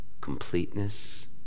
completeness